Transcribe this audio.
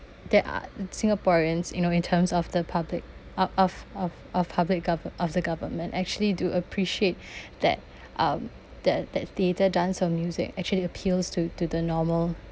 there are singaporeans you know in terms of the public out of of of public gov~ of the government actually do appreciate that um that that theatre dance or music actually appeals to to the normal